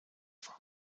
from